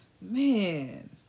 Man